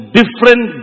different